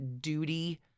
duty